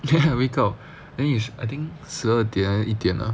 then I wake up then is I think 十二点还是一点啊